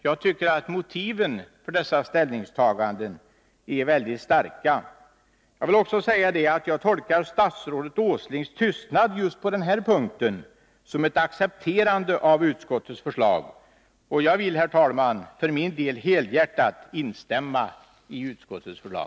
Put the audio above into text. Jag tycker att motiven för dessa ställningstaganden är mycket starka. Jag tolkar statsrådet Åslings tystnad just på den här punkten som ett accepterande av utskottets förslag, och jag vill, herr talman, för min del helhjärtat instämma i utskottets förslag.